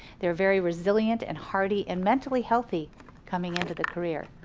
they're very resilient and hardy and mentally healthy coming into the career.